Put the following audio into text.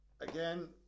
again